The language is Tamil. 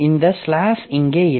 இந்த ஸ்லாஷ் இங்கே இல்லை